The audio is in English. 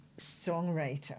songwriter